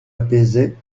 apaisait